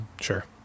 Sure